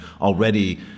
Already